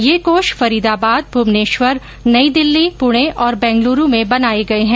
ये कोष फरीदाबाद भूवनेश्वर नई दिल्ली पूणे और बेंगलुरू में बनाए गये हैं